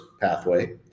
pathway